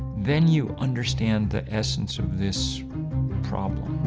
then you understand the essence of this problem.